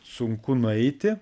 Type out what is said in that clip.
sunku nueiti